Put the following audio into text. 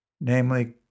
namely